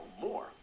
more